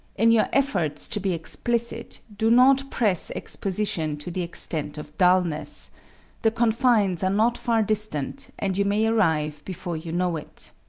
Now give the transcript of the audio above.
in your efforts to be explicit do not press exposition to the extent of dulness the confines are not far distant and you may arrive before you know it.